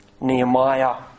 Nehemiah